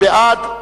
מי בעד?